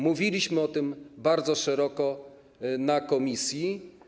Mówiliśmy o tym bardzo szeroko w komisji.